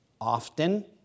often